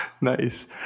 Nice